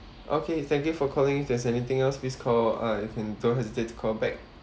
okay thank you for calling if there's anything else please call uh you can don't hesitate to call back